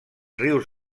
rius